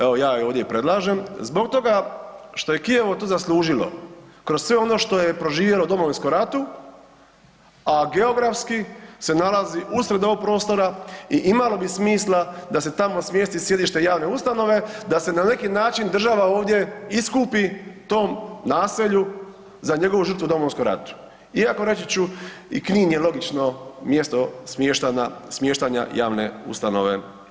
Evo ja ovdje i predlažem zbog toga što je Kijevo to zaslužilo kroz sve ono što je proživjelo u Domovinskom ratu a geografski se nalazi usred ovog prostora i imalo bi smisla da se tamo smjesti sjedište javne ustanove, da se na neki način država ovdje iskupi tom naselju za njegovu žrtvu u Domovinskom ratu iako reći ću, i Knin je logično mjesto smještanja javne ustanove.